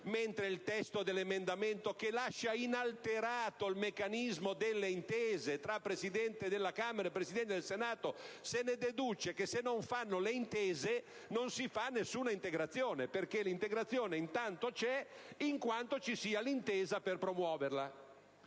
anche il testo dell'emendamento, che lascia inalterato il meccanismo delle intese tra Presidente della Camera e Presidente del Senato? Se i Presidenti non fanno le intese, non si farà alcuna integrazione, perché l'integrazione in tanto c'è in quanto ci sia l'intesa per promuoverla.